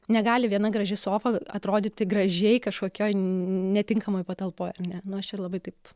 negali viena graži sofa atrodyti gražiai kažkokioj netinkamoj patalpoj ar ne nu aš čia labai taip